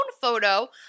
photo